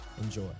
Enjoy